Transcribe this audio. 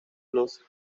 los